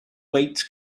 weights